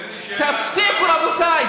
תפסיקו, רבותיי.